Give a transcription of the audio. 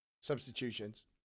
substitutions